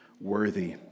worthy